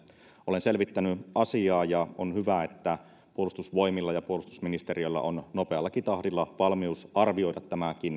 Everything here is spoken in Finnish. olen selvittänyt asiaa ja on hyvä että puolustusvoimilla ja puolustusministeriöllä on nopeallakin tahdilla valmius arvioida tämäkin